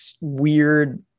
weird